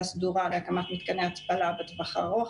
סדורה להקמת מתקני התפלה בטווח הארוך,